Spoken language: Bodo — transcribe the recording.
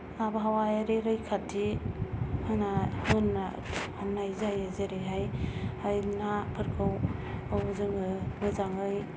आबहावायारि रैखाथि होना होनो होनाय जायो जेरैहाय हाय नाफोरखौ जोङो मोजाङै